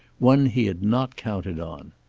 one he had not counted on.